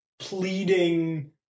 pleading